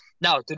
Now